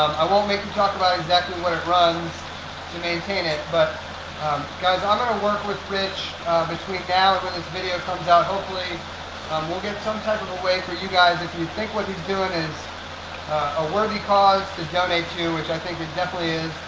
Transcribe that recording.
i won't make you talk about exactly what it runs to maintain it but guys i'm going to work with rich between now and when this video comes out. hopefully um we'll get some type of a way for you guys if you think what he's doing is a worthy cause to donate to which i think that definitely is,